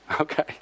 Okay